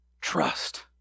Trust